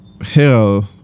hell